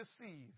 deceived